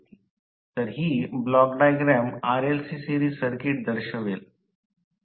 तर ही block diagram RLC series circuit दर्शवेल